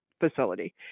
facility